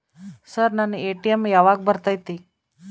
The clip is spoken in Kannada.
ಸರ್ ನನ್ನ ಎ.ಟಿ.ಎಂ ಯಾವಾಗ ಬರತೈತಿ?